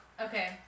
Okay